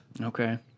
Okay